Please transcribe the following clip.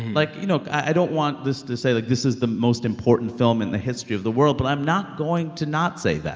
like, you know, i don't want this to say, like, this is the most important film in the history of the world, but i'm not going to not say